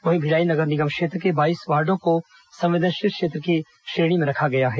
वहीं भिलाई नगर निगम क्षेत्र के बाईस वार्डो को संवेदनशील क्षेत्र की श्रेणी में रखा गया है